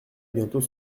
bientôt